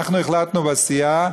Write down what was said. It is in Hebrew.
אנחנו החלטנו בסיעה,